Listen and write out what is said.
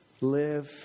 live